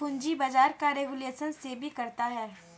पूंजी बाजार का रेगुलेशन सेबी करता है